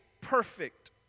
perfect